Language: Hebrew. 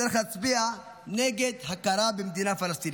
צריך להצביע נגד הכרה במדינה פלסטינית.